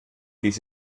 dies